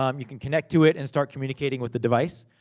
um you can connect to it, and start communicating with the device.